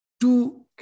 two